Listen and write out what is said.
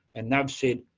and they've said,